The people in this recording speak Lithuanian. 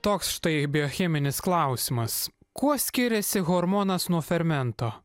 toks štai biocheminis klausimas kuo skiriasi hormonas nuo fermento